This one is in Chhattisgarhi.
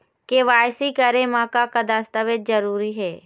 के.वाई.सी करे म का का दस्तावेज जरूरी हे?